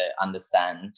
understand